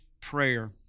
Prayer